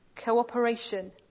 cooperation